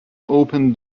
open